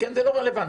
כן, זה לא רלבנטי.